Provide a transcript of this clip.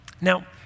Now